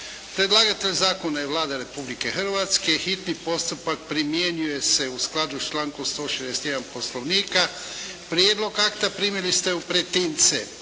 Predlagatelj zakona je Vlada Republike Hrvatske. Hitni postupak primjenjuje se u skladu s člankom 161. Poslovnika. Prijedlog akta primili ste u pretince.